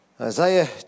Isaiah